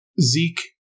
Zeke